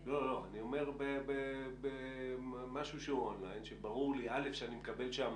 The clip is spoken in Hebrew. לא, אני אומר משהו שהוא און-ליין שאני מקבל שם